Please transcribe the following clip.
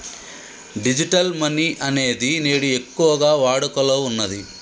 digital money అనేది నేడు ఎక్కువగా వాడుకలో ఉన్నది